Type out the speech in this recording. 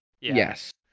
yes